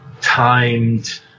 timed